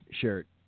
shirt